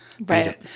Right